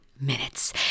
Minutes